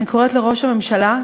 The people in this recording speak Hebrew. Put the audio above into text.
אני קוראת לראש הממשלה,